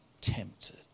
tempted